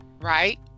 right